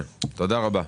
תודה רבה.